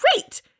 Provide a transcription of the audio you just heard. Great